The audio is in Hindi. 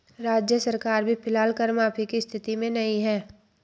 राज्य सरकार भी फिलहाल कर माफी की स्थिति में नहीं है